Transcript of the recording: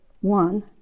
one